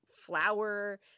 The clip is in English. flour